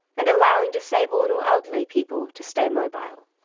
and allowing disabled or elderly people to stay mobile.